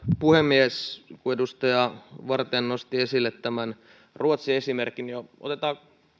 puhemies kun edustaja vartiainen nosti jo esille tämän ruotsi esimerkin niin otetaan